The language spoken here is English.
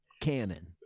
canon